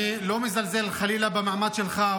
אני לא מזלזל במאמץ שלך,